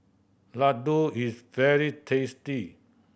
laddu is very tasty